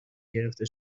گرفته